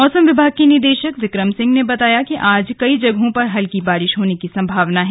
मौसम विभाग के निदेशक बिक्रम सिंह ने बताया कि आज कई जगहों पर हल्की बारिश होने की संभावना है